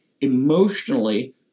emotionally